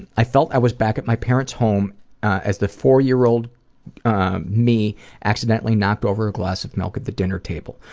i felt i was back at my parents' home as the four-year-old me accidentally knocked over a glass of milk at the dinner table.